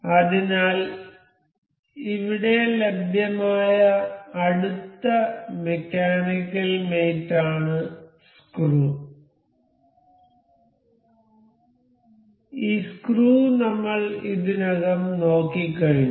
അതിനാൽ ഇവിടെ ലഭ്യമായ അടുത്ത മെക്കാനിക്കൽ മേറ്റ് ആണ് സ്ക്രൂ ഈ സ്ക്രൂ നമ്മൾ ഇതിനകം നോക്കിക്കഴിഞ്ഞു